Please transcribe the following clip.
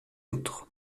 autres